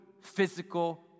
physical